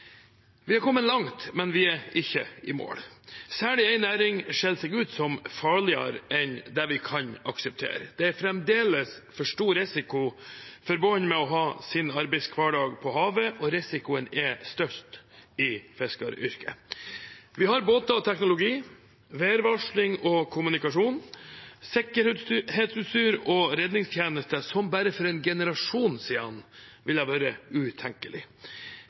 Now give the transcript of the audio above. Vi har kommet langt, men vi er ikke i mål. Særlig én næring skiller seg ut som farligere enn det vi kan akseptere. Det er fremdeles for stor risiko forbundet med å ha sin arbeidshverdag på havet, og risikoen er størst i fiskeryrket. Vi har båter og teknologi, værvarsling og kommunikasjon, sikkerhetsutstyr og redningstjenester som bare for en generasjon siden ville vært utenkelig,